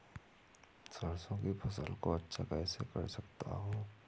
सरसो की फसल को अच्छा कैसे कर सकता हूँ?